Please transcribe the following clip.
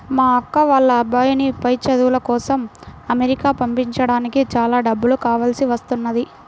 మా అక్క వాళ్ళ అబ్బాయిని పై చదువుల కోసం అమెరికా పంపించడానికి చాలా డబ్బులు కావాల్సి వస్తున్నది